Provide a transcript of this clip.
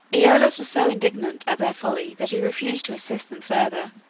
aeolus was so indignant at their folly that he refused to assist them further,